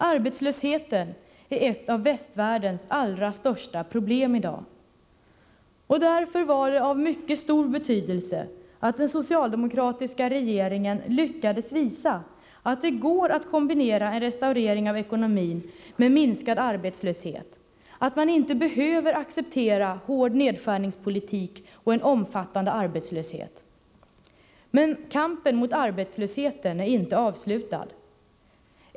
Arbetslösheten är ett av västvärldens allra största problem i dag. Därför var det av mycket stor betydelse att den socialdemokratiska regeringen lyckades visa att det går att kombinera restaurering av ekonomin med minskad arbetslöshet, att man inte behöver acceptera hård nedskärningspolitik och en omfattande arbetslöshet. Men kampen mot arbetslösheten är inte avslutad.